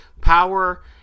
power